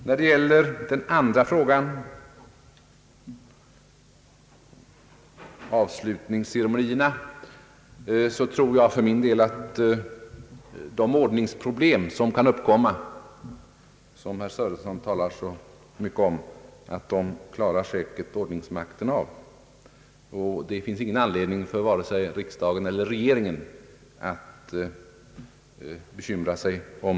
Vad beträffar avslutningsceremonierna anser jag för min del att de ordningsproblem som kan uppkomma och som herr Sörenson talar så mycket om säkerligen klaras av ordningsmakten. Det finns ingen anledning för vare sig riksdagen eller regeringen att bekymra sig därom.